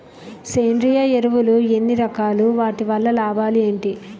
సేంద్రీయ ఎరువులు ఎన్ని రకాలు? వాటి వల్ల లాభాలు ఏంటి?